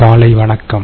காலை வணக்கம்